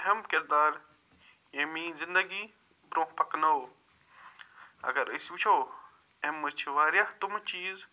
اہم کِردار یا میٛٲنۍ زندگی برٛونٛہہ پکناوو اگر أسۍ وٕچھو اَمہِ منٛز چھِ وارِیاہ تِمہٕ چیٖز